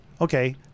Okay